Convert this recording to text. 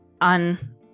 on